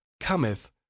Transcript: cometh